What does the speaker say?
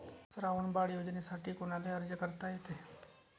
श्रावण बाळ योजनेसाठी कुनाले अर्ज करता येते?